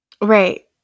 Right